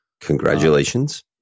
Congratulations